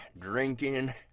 drinking